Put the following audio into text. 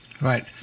Right